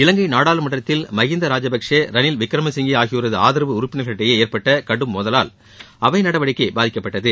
இலங்கை நாடாளுமன்றத்தில் திரு மகிந்தா ராஜபக்சே திரு ரணில் விக்ரமசிங்கே ஆகியோரது ஆதரவு உறுப்பினர்களுக்கிடையே ஏற்பட்ட கடும் மோதலால் அவை நடவடிக்கை பாதிக்கப்பட்டது